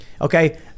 Okay